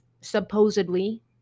supposedly